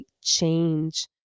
change